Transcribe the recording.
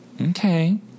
Okay